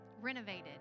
renovated